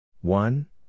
one